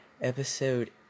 Episode